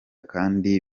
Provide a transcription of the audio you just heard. kandi